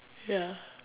ya